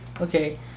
okay